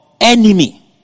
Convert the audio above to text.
enemy